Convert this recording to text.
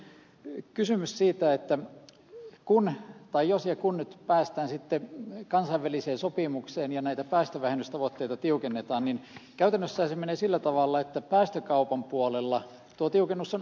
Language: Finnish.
ey kysymys siitä että kunnan tai jos ja kun nyt päästään kansainväliseen sopimukseen ja näitä päästövähennystavoitteita tiukennetaan niin käytännössähän se menee sillä tavalla että päästökaupan puolella tuo tiukennus on automaattinen